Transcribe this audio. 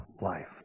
life